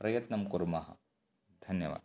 प्रयत्नं कुर्मः धन्यवादः